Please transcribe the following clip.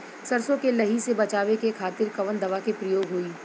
सरसो के लही से बचावे के खातिर कवन दवा के प्रयोग होई?